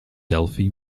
delphi